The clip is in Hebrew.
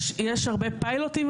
יש הרבה פיילוטים,